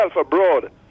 abroad